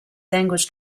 language